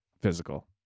physical